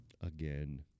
Again